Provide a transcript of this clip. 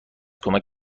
کمک